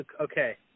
Okay